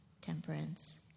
temperance